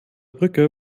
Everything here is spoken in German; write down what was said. brücke